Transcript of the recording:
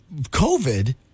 COVID